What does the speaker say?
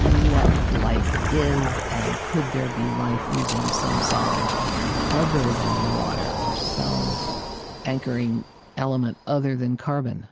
what life is, and could there be life using some solvent other than water or some anchoring element other than carbon?